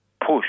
push